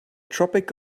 tropic